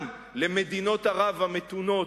גם למדינות ערב המתונות,